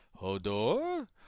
Hodor